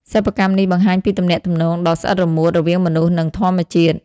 សិប្បកម្មនេះបង្ហាញពីទំនាក់ទំនងដ៏ស្អិតរល្មួតរវាងមនុស្ស និងធម្មជាតិ។